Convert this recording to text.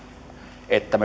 että